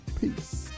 Peace